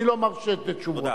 אני לא מרשה לתת תשובות.